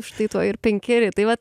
štai tuoj ir penkeri tai va